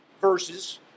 Versus